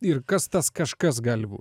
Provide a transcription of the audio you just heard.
ir kas tas kažkas gali būt